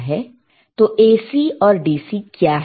तो AC और DC क्या है